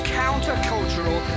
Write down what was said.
countercultural